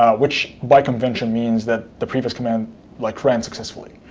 ah which by convention means that the previous command like ran successfully.